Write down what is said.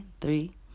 three